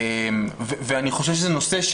ואני חושב שזה נושא,